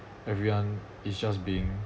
everyone is just being